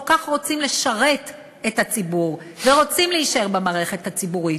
כך רוצים לשרת את הציבור ורוצים להישאר במערכת הציבורית,